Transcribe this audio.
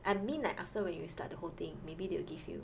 I mean like after when you start the whole thing maybe they will give you